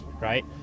Right